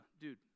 dude